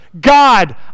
God